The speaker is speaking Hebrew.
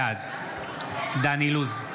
בעד דן אילוז,